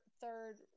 third